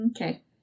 Okay